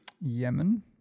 Yemen